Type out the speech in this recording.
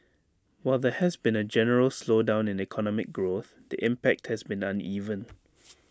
while there has been A general slowdown in economic growth the impact has been uneven